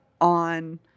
on